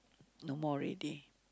no more already